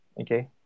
Okay